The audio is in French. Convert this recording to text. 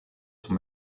son